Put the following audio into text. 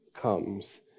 comes